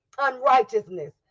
unrighteousness